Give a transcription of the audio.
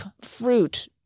fruit